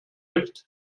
lift